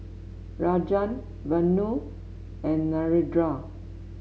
Rajan Vanu and Narendra